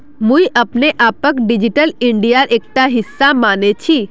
मुई अपने आपक डिजिटल इंडियार एकटा हिस्सा माने छि